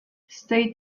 state